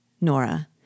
Nora